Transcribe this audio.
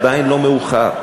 עדיין לא מאוחר.